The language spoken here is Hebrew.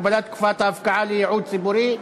הגבלת תקופת ההפקעה לייעוד ציבורי),